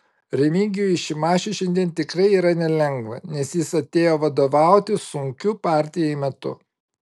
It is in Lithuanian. remigijui šimašiui šiandien tikrai yra nelengva nes jis atėjo vadovauti sunkiu partijai metu